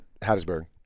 Hattiesburg